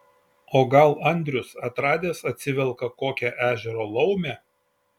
o gal andrius atradęs atsivelka kokią ežero laumę